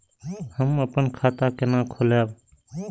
हम अपन खाता केना खोलैब?